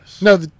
No